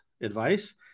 advice